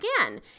again